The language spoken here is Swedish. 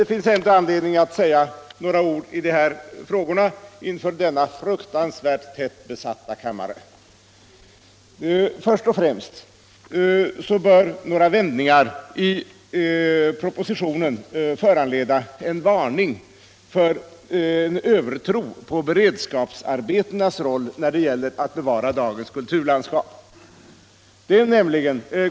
Det finns ändå anledning att säga några ord i de här frågorna inför denna fruktansvärt tättbesatta kammare. Först och främst bör några vändningar i propositionen föranleda en varning för en övertro på beredskapsarbetenas roll när det gäller att bevara dagens kulturlandskap.